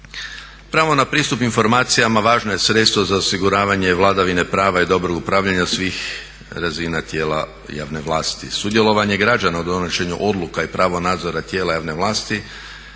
Pravo na pristup informacijama važno je sredstvo za osiguravanje vladavine prava i dobrog upravljanja svih razina tijela javne vlasti. Sudjelovanje građana u donošenju odluka i pravo nadzora tijela javne vlasti